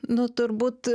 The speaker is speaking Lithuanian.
nu turbūt